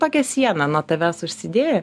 tokią sieną nuo tavęs užsidėję